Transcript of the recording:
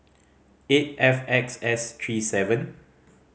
eight F X S three seven